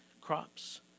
crops